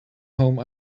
home